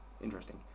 Interesting